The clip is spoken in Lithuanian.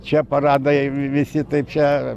čia paradai visi taip čia